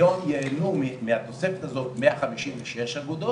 היום יהנו מהתוספת הזאת מאה חמישים ושש אגודות,